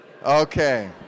Okay